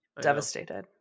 devastated